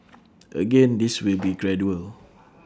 again this will be gradual